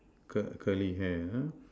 c~ curly hair ah